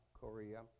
Korea